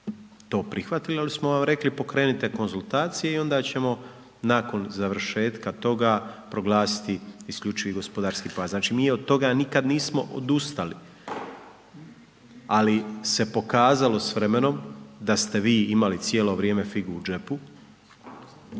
to prihvatili, ali smo vam rekli, pokrenite konzultacije i onda ćemo nakon završetka toga proglasiti IGP-a. znači, mi od toga nikad nismo odustali. Ali se pokazalo s vremenom, da ste vi imali cijelo vrijeme figu u džepu,